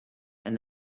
and